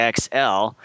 XL